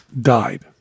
died